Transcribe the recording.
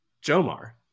Jomar